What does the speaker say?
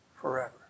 forever